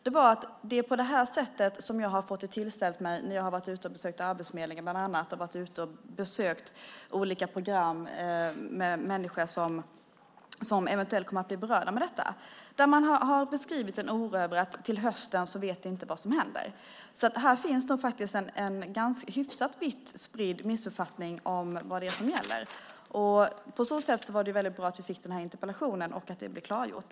Det är på det sättet jag fått det tillställt mig när jag varit ute och bland annat besökt Arbetsförmedlingen och olika program med människor som eventuellt kommer att bli berörda av detta. Där har man beskrivit en oro över att man inte vet vad som händer till hösten. Här finns nog en hyfsat vitt spridd missuppfattning om vad det är som gäller. På så sätt var det bra att vi fick denna interpellationsdebatt och det blev klargjort.